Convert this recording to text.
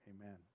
Amen